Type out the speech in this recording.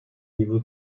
niveau